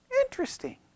interesting